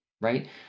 right